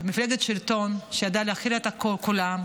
למפלגת שלטון שידעה להכיל את כולם,